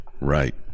Right